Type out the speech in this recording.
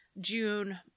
June